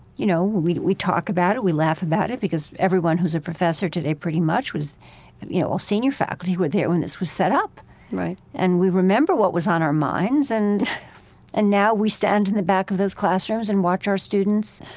you know, we we talk about it, we laugh about it because everyone who's a professor today pretty much, you know, a senior faculty were there when this was set up and we remember what was on our minds and and now we stand in the back of those classrooms and watch our students,